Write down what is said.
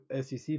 SEC